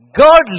Godly